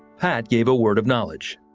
pat gave a word of knowledge.